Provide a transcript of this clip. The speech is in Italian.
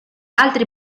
altri